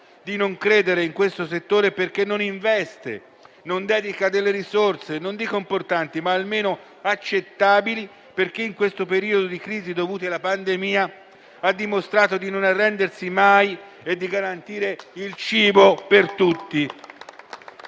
di non credere, perché non investe e non dedica risorse, non dico importanti, ma almeno accettabili a un settore che, in questo periodo di crisi dovuta alla pandemia, ha dimostrato di non arrendersi mai e di garantire il cibo per tutti,